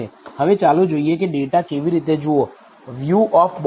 હવે ચાલો જોઈએ કે ડેટા કેવી રીતે જોવો